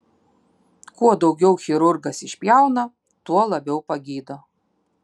kuo daugiau chirurgas išpjauna tuo labiau pagydo